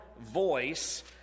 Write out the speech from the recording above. voice